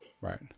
Right